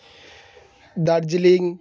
Darjeeling